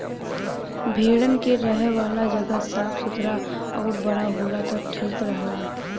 भेड़न के रहे वाला जगह साफ़ सुथरा आउर बड़ा होला त ठीक रहला